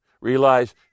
Realize